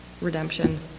redemption